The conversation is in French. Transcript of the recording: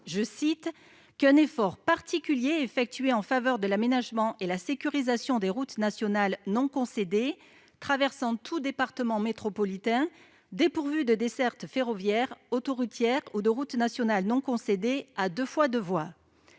dispose qu'« un effort particulier est effectué en faveur de l'aménagement et la sécurisation des routes nationales non concédées traversant tout département métropolitain dépourvu de desserte ferroviaire, autoroutière ou de route nationale non concédée à deux fois deux voies ».